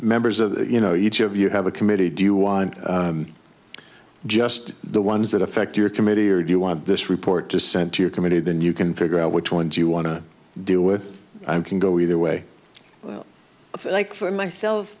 members of you know each of you have a committee do you want just the ones that affect your committee or do you want this report to send to your committee then you can figure out which ones you want to do with i can go either way well like for myself